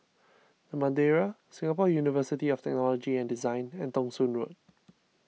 the Madeira Singapore University of Technology and Design and Thong Soon Road